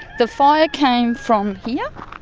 the fire came from yeah